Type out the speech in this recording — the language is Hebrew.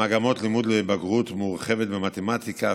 מגמות לימוד לבגרות מורחבת במתמטיקה,